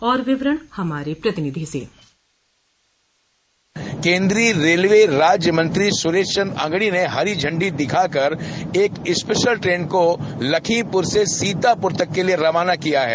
और विवरण हमारे प्रतिनिधि से केन्द्रीय रेलवे राज्य मंत्री सुरेश चन्द अंगड़ी ने हरी झंडी दिखा कर एक स्पेशल ट्रेन को लखीमपुर से सीतापुर तक के लिये रवाना किया है